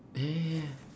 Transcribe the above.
yeah yeah yeah